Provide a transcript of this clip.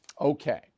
Okay